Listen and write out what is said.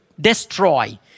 destroy